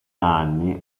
anni